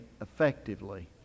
effectively